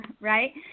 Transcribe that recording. right